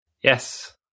yes